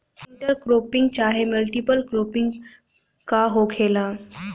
Inter cropping चाहे multiple cropping का होखेला?